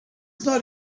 not